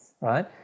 right